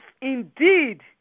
indeed